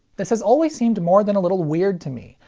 this has always seemed more than a little weird to me.